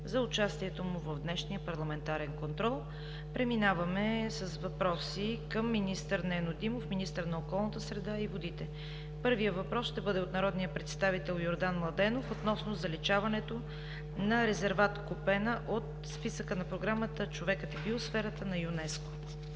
за участието му в днешния парламентарен контрол. Преминаваме с въпроси към министър Нено Димов, министър на околната среда и водите. Първият въпрос ще бъде от народния представител Йордан Младенов относно заличаването на Резерват „Купена“ от списъка на Програмата „Човекът и биосферата“ на ЮНЕСКО.